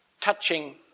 touching